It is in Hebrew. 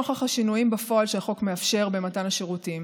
נוכח השינויים בפועל שהחוק מאפשר במתן השירותים